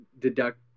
deduct